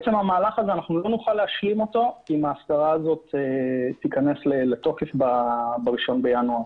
לא נוכל להשלים את המהלך הזה אם ההסדרה תיכנס לתוקף ב-1 בינואר.